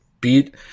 beat